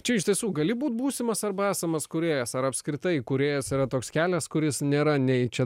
čia iš tiesų gali būt būsimas arba esamas kūrėjas ar apskritai kūrėjas yra toks kelias kuris nėra nei čia